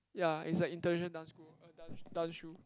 ya is like international dance school dance dance shoe